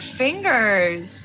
fingers